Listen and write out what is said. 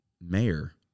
mayor